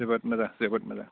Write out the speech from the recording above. जोबोद मोजां जोबोद मोजां